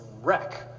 wreck